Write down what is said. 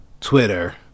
Twitter